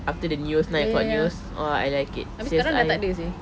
after the news nine o'clock news oh I like serious I